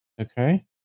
Okay